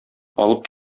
алып